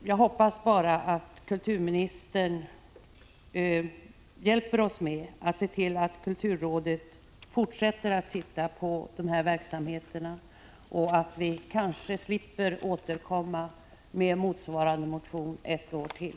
Jag hoppas bara att kulturministern hjälper oss med att se till att kulturrådet fortsätter att titta på dessa verksamheter, så att vi kanske slipper återkomma med motsvarande motion ett år till.